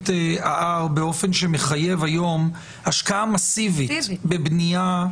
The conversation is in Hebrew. ההר באופן שמחייב היום השקעה מסיבית בבנייה.